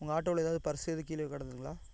உங்கள் ஆட்டோவில் ஏதாவது பர்ஸ் எதுவும் கீழே கடந்துதுங்களா